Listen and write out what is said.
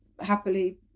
happily